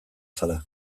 zara